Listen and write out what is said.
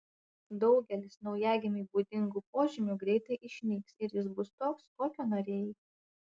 daugelis naujagimiui būdingų požymių greitai išnyks ir jis bus toks kokio norėjai